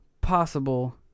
possible